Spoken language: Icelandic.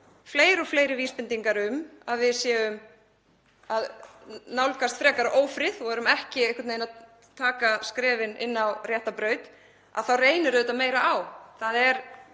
fleiri og fleiri vísbendingar um að við séum að nálgast frekari ófrið og erum ekki einhvern veginn að taka skrefin inn á rétta braut, þá reynir meira á. Það er